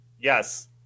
Yes